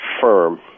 firm